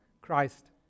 Christ